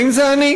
האם זה אני,